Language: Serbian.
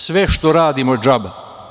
Sve što radimo je džaba.